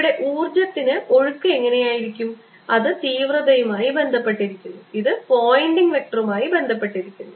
ഇവിടെ ഊർജ്ജത്തിന് ഒഴുക്ക് എങ്ങനെയായിരിക്കും അത് തീവ്രതയുമായി ബന്ധപ്പെട്ടിരിക്കുന്നു ഇത് പോയിന്റിംഗ് വെക്റ്ററുമായി ബന്ധപ്പെട്ടിരിക്കുന്നു